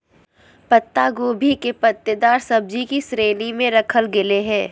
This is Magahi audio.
पत्ता गोभी के पत्तेदार सब्जि की श्रेणी में रखल गेले हें